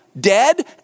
Dead